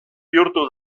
bihurtu